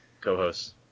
co-hosts